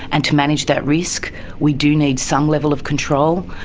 and to manage that risk we do need some level of control,